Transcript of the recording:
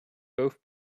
both